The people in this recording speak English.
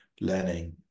learning